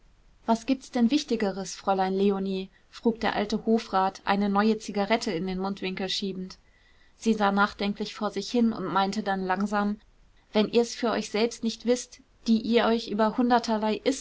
was gibt's denn wichtigeres fräulein leonie frug der alte hofrat eine neue zigarette in den mundwinkel schiebend sie sah nachdenklich vor sich hin und meinte dann langsam wenn ihr's für euch selbst nicht wißt die ihr euch über hunderterlei